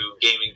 gaming